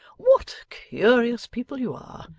what curious people you are!